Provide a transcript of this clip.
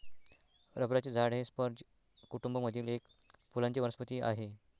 रबराचे झाड हे स्पर्ज कुटूंब मधील एक फुलांची वनस्पती आहे